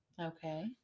Okay